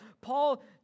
Paul